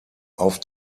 auf